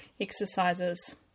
exercises